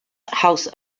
house